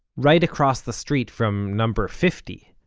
right across the street from number fifty,